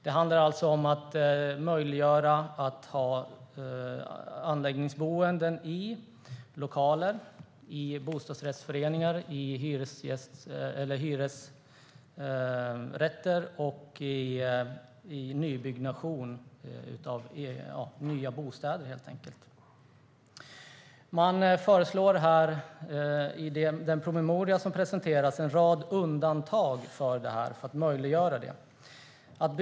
Det handlar om att möjliggöra anläggningsboenden i lokaler, i bostadsrättsföreningar, i hyresrätter och i nya bostäder. Man föreslår en rad undantag i den promemoria som presenteras för att möjliggöra detta.